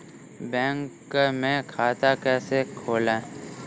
Bank में खाता कैसे खोलें?